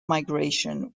migration